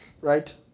Right